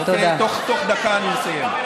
תוך דקה אני מסיים.